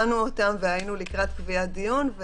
אנחנו בחנו אותם והיינו לקראת קביעת דיון,